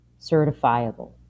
certifiable